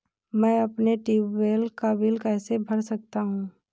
मैं अपने ट्यूबवेल का बिल कैसे भर सकता हूँ?